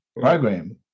program